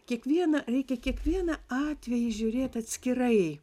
kiekvieną reikia kiekvieną atvejį žiūrėti atskirai